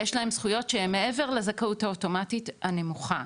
יש להם זכויות שהם מעבר לזכאות האוטומטית הנמוכה,